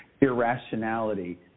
irrationality